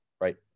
Right